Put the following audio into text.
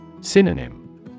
Synonym